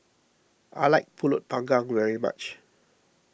I like Pulut Panggang very much